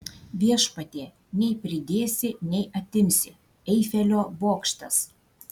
viešpatie nei pridėsi nei atimsi eifelio bokštas